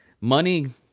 Money